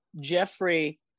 Jeffrey